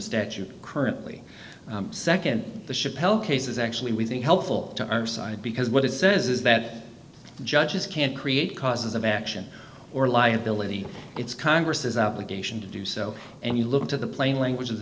statute currently nd the chapelle case is actually we think helpful to our side because what it says is that judges can't create causes of action or liability it's congress's out legation to do so and you look to the plain language of the